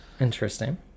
interesting